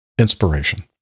Inspiration